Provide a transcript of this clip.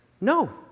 No